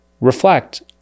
Reflect